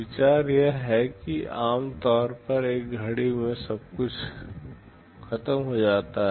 विचार यह है कि आम तौर पर एक घड़ी में सब कुछ खत्म हो जाता है